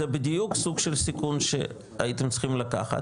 בדיוק סוג של סיכון שהייתם צריכים לקחת,